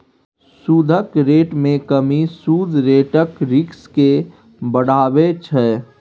सुदक रेट मे कमी सुद रेटक रिस्क केँ बढ़ाबै छै